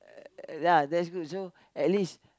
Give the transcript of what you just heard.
ya that's good so at least